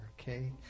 okay